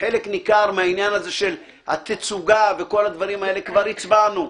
חלק ניכר מהעניין של התצוגה וכל הדברים האלה כבר הצבענו.